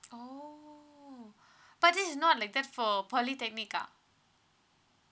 oh but this is not like that for polytechnic ah